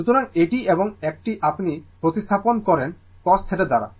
সুতরাং এটি এবং একটি আপনি প্রতিস্থাপন করেন cos θ দ্বারা